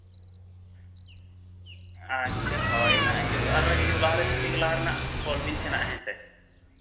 ᱟᱪᱪᱷᱟ ᱦᱳᱭ ᱱᱟᱜ ᱟᱨᱦᱚᱸ ᱦᱤᱡᱩᱜ ᱞᱟᱦᱟ ᱨᱮ ᱠᱤᱪᱷᱩ ᱞᱟᱦᱟ ᱨᱮ ᱱᱟᱜ ᱠᱚᱞ ᱵᱤᱱ ᱥᱮ ᱱᱟᱜ ᱦᱮᱸᱥᱮ